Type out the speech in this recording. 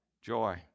Joy